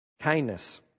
Kindness